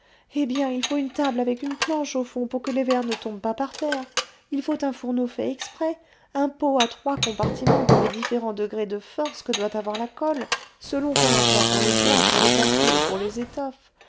eh bien il faut une table avec une planche au fond pour que les verres ne tombent pas par terre il faut un fourneau fait exprès un pot à trois compartiments pour les différents degrés de force que doit avoir la colle selon qu'on l'emploie pour le bois pour le papier ou pour les étoffes